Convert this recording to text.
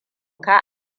ka